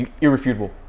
irrefutable